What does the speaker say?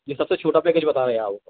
यह सबसे छोटा पैकेज बताने आया हूँ सर